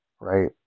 Right